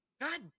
God